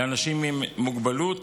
לאנשים עם מוגבלות